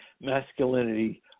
masculinity